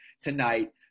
tonight